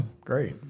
great